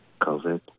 COVID